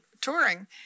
touring